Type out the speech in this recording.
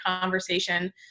conversation